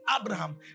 abraham